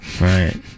Right